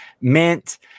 mint